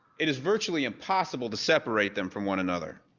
it is virtually impossible to separate them from one another.